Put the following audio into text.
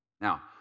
Now